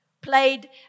Played